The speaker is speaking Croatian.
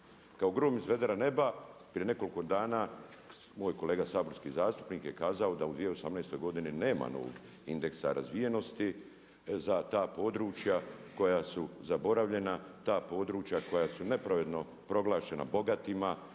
Kao grom iz vedra neba prije nekoliko dana moj kolega saborski zastupnik je kazao da u 2018. godini nema novog indeksa razvijenosti za ta područja koja su zaboravljena, ta područja koja su nepravedno proglašena bogatima